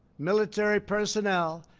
military personnel,